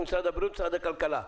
כמשרד הבריאות וכמשרד הכלכלה.